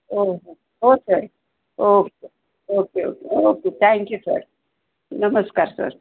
हो हो हो sir okay okay okay okay thank you sir नमस्कार सर